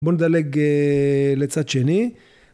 בוא נדלג לצד שני.